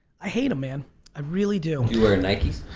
i hate a man i really do. you wear nikes?